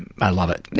i love it.